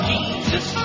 Jesus